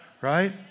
right